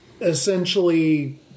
essentially